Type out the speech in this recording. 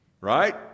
right